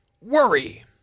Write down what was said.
Worry